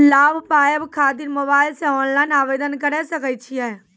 लाभ पाबय खातिर मोबाइल से ऑनलाइन आवेदन करें सकय छियै?